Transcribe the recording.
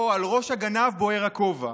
או: על ראש הגנב בוער הכובע.